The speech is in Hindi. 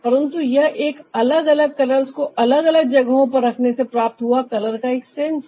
परंतु यह एक अलग अलग कलर्स को अलग अलग जगहों पर रखने से प्राप्त हुआ कलर का एक सेंस है